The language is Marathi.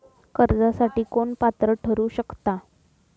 कर्जासाठी कोण पात्र ठरु शकता?